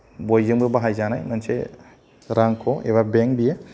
बयजोंबो बाहायजानाय मोनसे रांख' एबा बेंक बियो